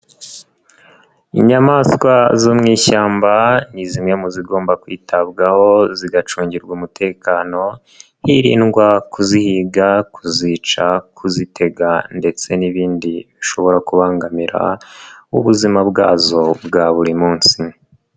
Inyamaswa zo mu ishyamba ni zimwe mu zigomba kwitabwaho zigacungirwa umutekano, hirindwa kuzihiga, kuzica, kuzitega ndetse n'ibindi bishobora kubangamira ubuzima bwazo bwa buri munsi.